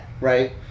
Right